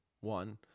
one